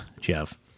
Jeff